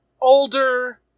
older